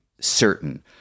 certain